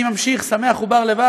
אני ממשיך שמח ובר-לבב,